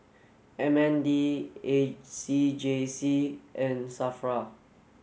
M N D A C J C and SAFRA